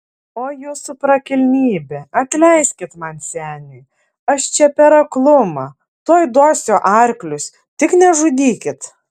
oi jūsų prakilnybe atleiskit man seniui aš čia per aklumą tuoj duosiu arklius tik nežudykit